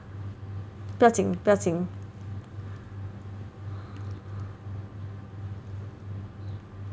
不要紧不要紧